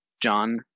John